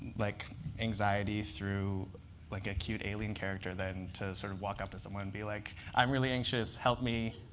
like anxiety through like a cute alien character than to sort of walk up to someone and be like, i'm really anxious. help me.